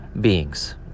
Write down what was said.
beings